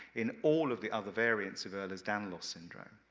in all of the other variants of ehlers-danlos syndrome.